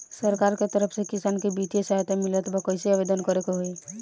सरकार के तरफ से किसान के बितिय सहायता मिलत बा कइसे आवेदन करे के होई?